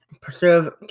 preserve